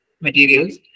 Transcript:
materials